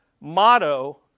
motto